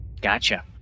Gotcha